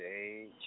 age